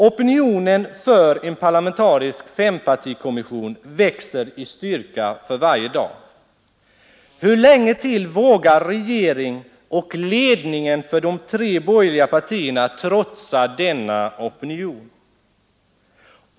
Opinionen för en parlamentarisk fempartikommission växer i styrka för varje dag. Hur länge till vågar regering och ledningen för de tre borgerliga partierna trotsa denna opinion.